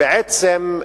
בעצם,